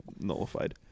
nullified